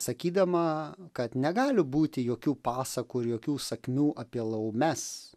sakydama kad negali būti jokių pasakų ir jokių sakmių apie laumes